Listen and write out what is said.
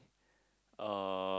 uh